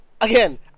Again